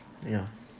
yeah